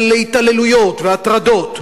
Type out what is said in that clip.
על התעללויות והטרדות,